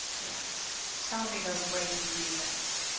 he asked. tell me those weighty reasons